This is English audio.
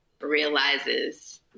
realizes